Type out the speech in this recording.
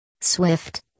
Swift